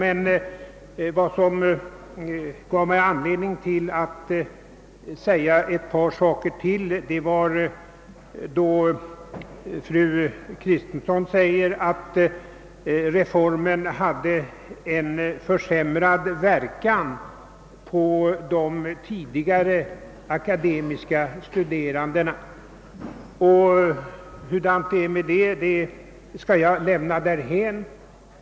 Men vad som ger mig anledning att något utveckla ett par synpunkter är fru Kristenssons yttrande, att reformen medfört en försämring jämfört med den tidigare ordningen. Hur därmed förhåller sig lämnar jag därhän.